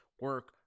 Work